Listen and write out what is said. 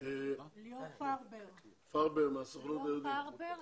בקצרה מאוד.